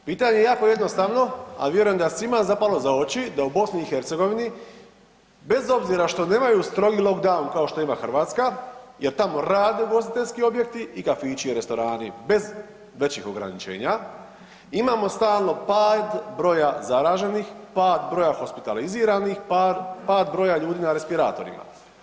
Pitanje je jeko jednostavno a vjerujem da je svima zapalo za oči da u BiH-u bez obzira što nemaju strogi lockdown kao što ima Hrvatska jer tamo rade ugostiteljski objekti i kafići i restorani bez većih ograničenja, imamo stalno pad broja zaraženih, pad broja hospitaliziranih, par broja ljudi na respiratorima.